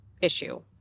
issue